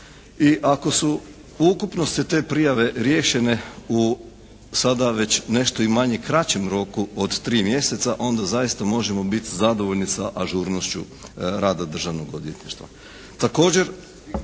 ako su u ukupnosti te prijave riješene u sada već nešto i manje kraćem roku od tri mjeseca onda zaista možemo biti zadovoljno sa ažurnošću rada državnog odvjetništva.